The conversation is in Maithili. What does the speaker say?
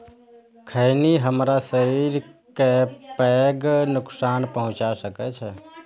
खैनी हमरा शरीर कें पैघ नुकसान पहुंचा सकै छै